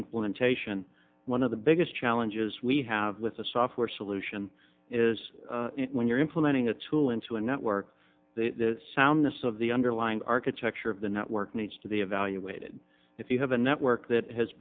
implementation one of the biggest challenges we have with a software solution is when you're implementing a tool into a network the soundness of the underlying architecture of the network needs to be evaluated if you have a network that has